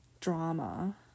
drama